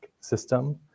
system